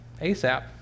ASAP